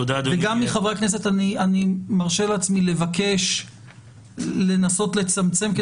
חברי הכנסת, אני מרשה לעצמי לבקש לנסות לצמצם.